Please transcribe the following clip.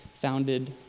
founded